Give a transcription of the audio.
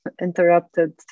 interrupted